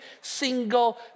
single